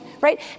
Right